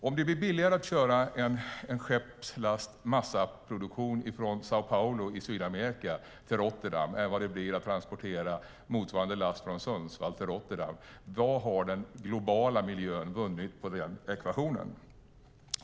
Om det blir billigare att köra en skeppslast massaproduktion från Sao Paulo i Sydamerika till Rotterdam än vad det blir att transportera motsvarande last från Sundsvall till Rotterdam, vad har då den globala miljön vunnit på detta?